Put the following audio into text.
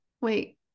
wait